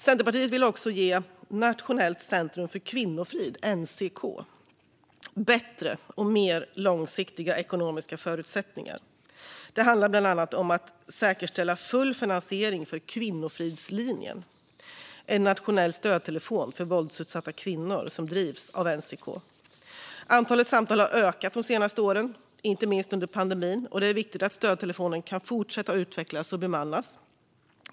Centerpartiet vill också ge Nationellt centrum för kvinnofrid, NCK, bättre och mer långsiktiga ekonomiska förutsättningar. Det handlar bland annat om att säkerställa full finansiering för Kvinnofridslinjen, en nationell stödtelefon för våldsutsatta kvinnor som drivs av NCK. Antalet samtal har ökat de senaste åren, inte minst under pandemin, och det är viktigt att stödtelefonen kan fortsätta att utvecklas och bemannas.